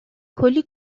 کلی